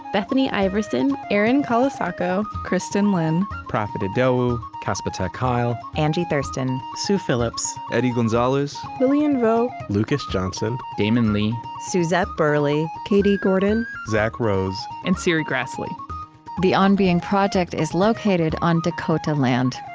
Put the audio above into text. bethany iverson, erin colasacco, kristin lin, profit idowu, casper ter kuile, kind of angie thurston, sue phillips, eddie gonzalez, lilian vo, lucas johnson, damon lee, suzette burley, katie gordon, zack rose, and serri graslie the on being project is located on dakota land.